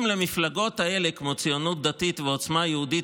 אם למפלגות האלה כמו הציונות הדתית ועוצמה יהודית,